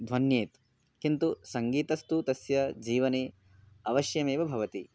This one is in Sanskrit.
ध्वन्येत् किन्तु सङ्गीतस्तु तस्य जीवने अवश्यमेव भवति